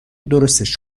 درستش